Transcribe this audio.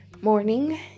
morning